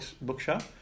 bookshop